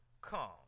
Come